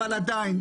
ועדיין,